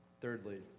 Thirdly